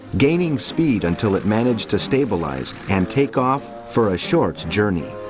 gaining speed until it managed to stabilise and take off for a short journey.